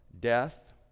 death